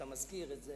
את המזכיר,